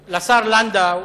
רבה.